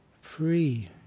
free